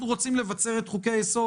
אנחנו רוצים לבצר את חוקי-היסוד,